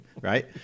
right